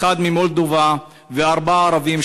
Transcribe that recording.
אחד ממולדובה וארבעה ערבים,